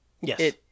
Yes